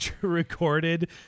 recorded